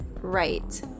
Right